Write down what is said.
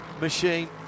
machine